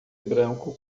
branco